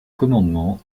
commandement